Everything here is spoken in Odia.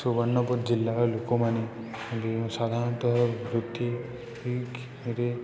ସୁବର୍ଣ୍ଣପୁର ଜିଲ୍ଲାର ଲୋକମାନେ ସାଧାରଣତଃ ବୃତ୍ତିରେ